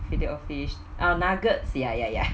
filet O fish oh nuggets ya ya ya